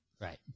Right